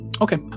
Okay